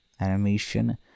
animation